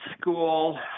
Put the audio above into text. school